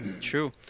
True